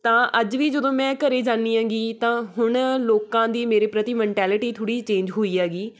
ਤਾਂ ਅੱਜ ਵੀ ਜਦੋਂ ਮੈਂ ਘਰ ਜਾਂਦੀ ਹੈਗੀ ਤਾਂ ਹੁਣ ਲੋਕਾਂ ਦੀ ਮੇਰੇ ਪ੍ਰਤੀ ਮੈਂਟੈਲਿਟੀ ਥੋੜ੍ਹੀ ਚੇਂਜ ਹੋਈ ਹੈਗੀ